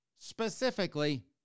Specifically